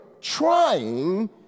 trying